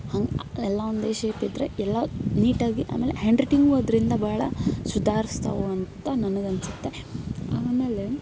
ಹಂಗೆ ಎಲ್ಲ ಒಂದೇ ಶೇಪ್ ಇದ್ದರೆ ಎಲ್ಲ ನೀಟಾಗಿ ಆಮೇಲೆ ಹ್ಯಾಂಡ್ ರೈಟಿಂಗು ಅದರಿಂದ ಭಾಳ ಸುಧಾರಿಸ್ತವೆ ಅಂತ ನನಗೆ ಅನ್ಸುತ್ತೆ ಆಮೇಲೆ